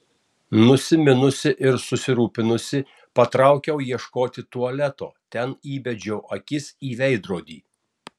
nusiminusi ir susirūpinusi patraukiau ieškoti tualeto ten įbedžiau akis į veidrodį